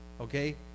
Okay